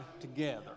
together